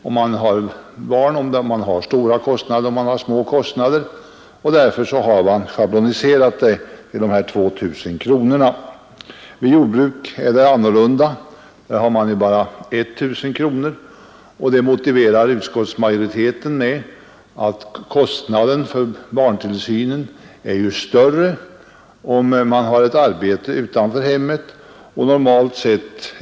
Det går inte att generellt fastställa om utgiften för barntillsyn är stor eller liten, och därför har man schabloniserat detta förvärvsavdrag till 2 000 kronor. För den som har jordbruk ter det sig annorlunda. Där är förvärvsavdraget bara 1 000 kronor. Det motiverar utskottsmajoriteten med att kostnaden för barntillsyn är större för den som har arbete utanför hemmet.